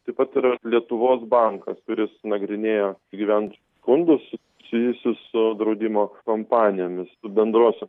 taip pat ir lietuvos bankas kuris nagrinėjo gyventojų skundus susijusius su draudimo kompanijomis bendros